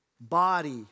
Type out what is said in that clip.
body